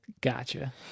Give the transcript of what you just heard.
gotcha